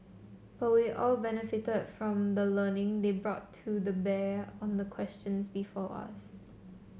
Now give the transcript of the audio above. but we all benefited from the learning they brought to the bear on the questions before us